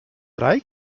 drei